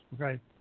okay